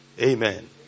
Amen